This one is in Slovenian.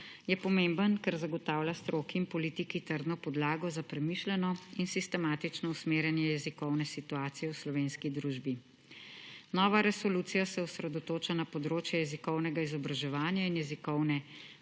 je pomemben, ker zagotavlja stroki in politiki trdno podlago za premišljeno in sistematično usmerjenje jezikovne situacije v slovenski družbi. Nova resolucija se osredotoča na področje jezikovnega izobraževanja in jezikovne